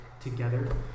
together